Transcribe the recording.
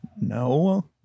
No